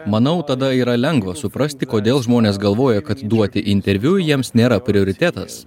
manau tada yra lengva suprasti kodėl žmonės galvoja kad duoti interviu jiems nėra prioritetas